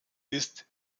ist